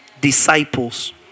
disciples